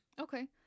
Okay